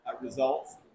results